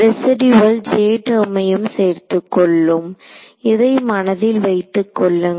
residual J டெர்மையும் சேர்த்து கொள்ளும் இதை மனதில் வைத்துக்கொள்ளுங்கள்